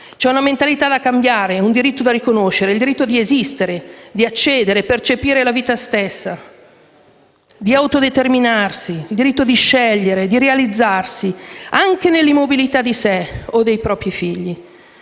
C'è una mentalità da cambiare, un diritto da riconoscere, il diritto di esistere, di accedere, di percepire la vita stessa, di autodeterminarsi; il diritto di scegliere, di realizzarsi, anche nell'immobilità di sé o dei propri figli.